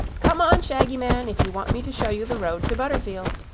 come on, shaggy man, if you want me to show you the road to butterfield.